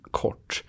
kort